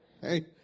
Hey